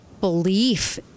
belief